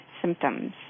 symptoms